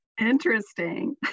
Interesting